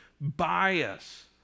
bias